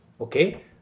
Okay